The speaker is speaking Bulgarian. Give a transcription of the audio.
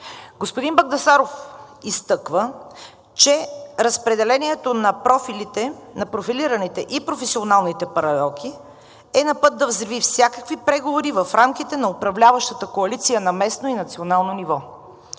Господин Багдасаров изтъква, че разпределението на профилираните и професионалните паралелки е напът да взриви всякакви преговори в рамките на управляващата коалиция на местно и национално ниво.